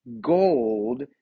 gold